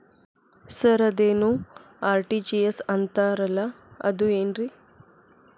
Sir ಅದೇನು RTGS ಅಂತಾರಲಾ ಅದು ಏನ್ರಿ?